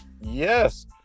yes